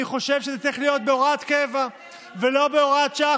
אני חושב שזה צריך להיות בהוראת קבע ולא בהוראת שעה,